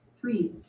Three